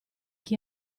chi